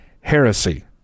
heresy